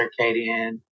circadian